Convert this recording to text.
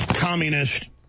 Communist